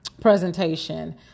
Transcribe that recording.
presentation